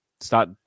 start